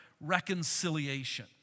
reconciliation